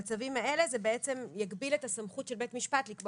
הנציב יפרסם באתר הנציבות את פרקי הזמן הנדרשים לביצוע התאמות